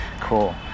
cool